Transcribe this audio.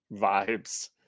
vibes